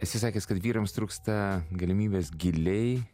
esi sakęs kad vyrams trūksta galimybės giliai